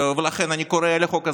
לכן אני קורא לחוק הזה,